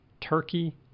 turkey